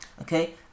okay